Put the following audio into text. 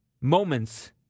moments